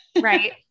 Right